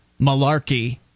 malarkey